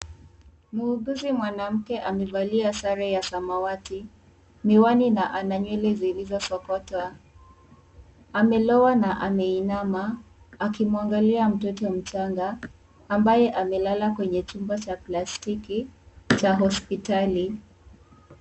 Muguzi mwanamke amevalia sare ya samawati, miwani na ana nywele zilizosokotwa. Amelowa na ameinama, akimwangalia mtoto mchanga ambaye amelala kwenye chumba, cha plastiki cha hospitali.